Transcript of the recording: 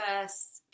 first